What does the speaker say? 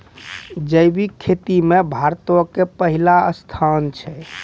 जैविक खेती मे भारतो के पहिला स्थान छै